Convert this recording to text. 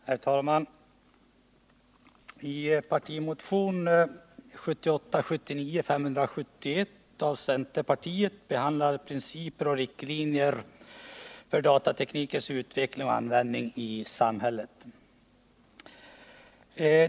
Herr talman! I pårtimotionen 1978/79:571 från centerpartiet behandlas principer och riktlinjer för datateknikens utveckling och användning i samhällej.